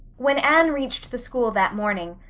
when anne reached the school that morning.